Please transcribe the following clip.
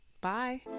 Bye